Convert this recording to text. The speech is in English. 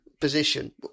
position